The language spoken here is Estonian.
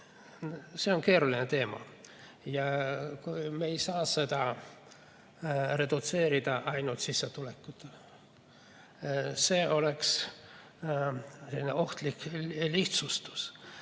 See on keeruline teema ja me ei saa seda redutseerida ainult sissetulekule, see oleks ohtlik lihtsustus.